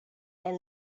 and